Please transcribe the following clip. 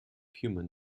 human